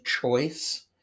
choice